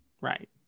right